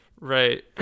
right